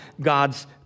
God's